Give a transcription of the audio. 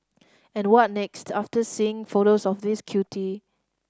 and what next after seeing photos of this cutie